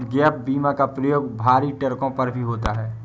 gap बीमा का प्रयोग भरी ट्रकों पर भी होता है